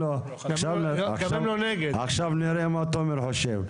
עכשיו נראה מה תומר חושב.